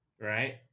right